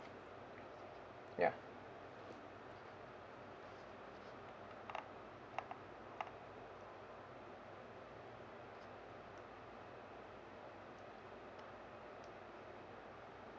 ya